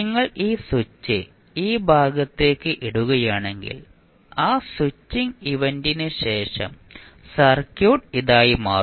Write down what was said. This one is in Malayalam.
നിങ്ങൾ ഈ സ്വിച്ച് ഈ ഭാഗത്തേക്ക് ഇടുകയാണെങ്കിൽ ആ സ്വിച്ചിംഗ് ഇവന്റിന് ശേഷം സർക്യൂട്ട് ഇതായി മാറും